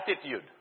attitude